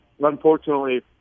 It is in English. unfortunately